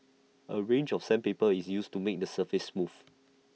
A range of sandpaper is used to make the surface smooth